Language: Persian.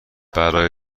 برای